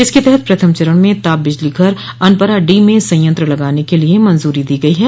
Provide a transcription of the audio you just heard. इसके तहत प्रथम चरण में ताप बिजली घर अनपरा डी में संयंत्र लगाने के लिए मंजूरी दी गई है